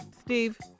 Steve